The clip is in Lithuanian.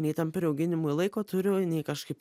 nei tam priauginimui laiko turiu nei kažkaip